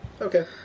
Okay